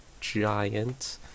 giant